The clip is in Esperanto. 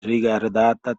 rigardata